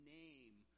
name